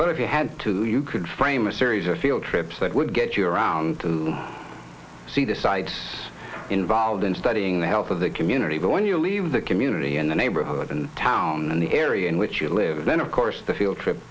but if you had to you could frame a series of field trips that would get you around to see the sites involved in studying the health of the community but when you leave the community in the neighborhood and town in the area in which you live then of course the field trip